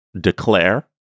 declare